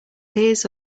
his